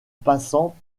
passant